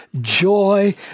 joy